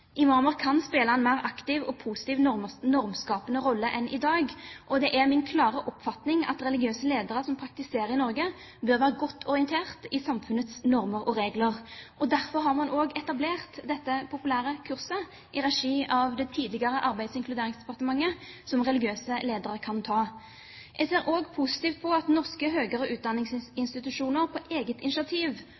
Imamer kan spille en mer aktiv og positiv normskapende rolle enn i dag, og det er min klare oppfatning at religiøse ledere som praktiserer i Norge, bør være godt orientert i det norske samfunnets normer og regler. Derfor har man også etablert dette populære kurset, i regi av det tidligere Arbeids- og inkluderingsdepartementet, som religiøse ledere kan ta. Jeg ser også positivt på at norske høyere utdanningsinstitusjoner på eget initiativ